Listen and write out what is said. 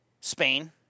Spain